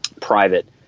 private